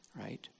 right